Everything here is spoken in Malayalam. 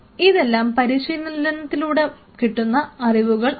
ഇതെല്ലാം പരിശീലനത്തിലൂടെ കിട്ടുന്ന അറിവുകൾ ആണ്